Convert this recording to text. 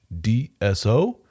DSO